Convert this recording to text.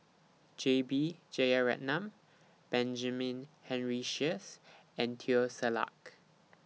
J B Jeyaretnam Benjamin Henry Sheares and Teo Ser Luck